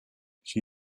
she